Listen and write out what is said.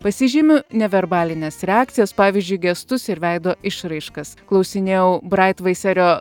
pasižymiu neverbalines reakcijas pavyzdžiui gestus ir veido išraiškas klausinėjau braitvaiserio